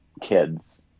kids